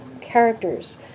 characters